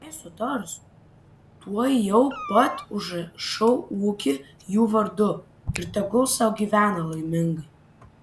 jei sutars tuojau pat užrašau ūkį jų vardu ir tegul sau gyvena laimingai